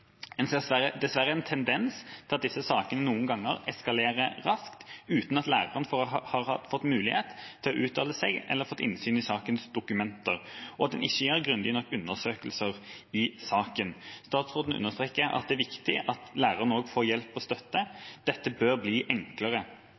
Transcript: En ser dessverre en tendens til at disse sakene noen ganger eskalerer raskt uten at læreren har fått mulighet til å uttale seg eller få innsyn i sakens dokumenter, og at en ikke gjør grundige nok undersøkelser i saken. Statsråden understreker at det er viktig at læreren også får hjelp og støtte.